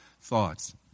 thoughts